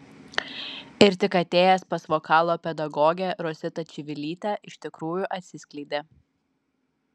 ir tik atėjęs pas vokalo pedagogę rositą čivilytę iš tikrųjų atsiskleidė